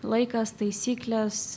laikas taisyklės